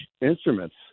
instruments